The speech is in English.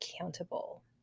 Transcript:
accountable